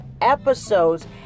episodes